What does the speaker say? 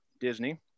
Disney